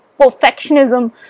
perfectionism